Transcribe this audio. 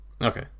Okay